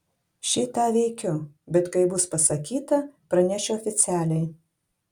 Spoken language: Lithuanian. šį tą veikiu bet kai bus pasakyta pranešiu oficialiai